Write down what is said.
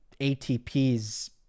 ATP's